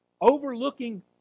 Overlooking